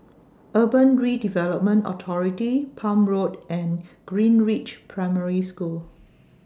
Urban Redevelopment Authority Palm Road and Greenridge Primary School